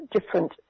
different